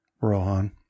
Rohan